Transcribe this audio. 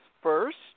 first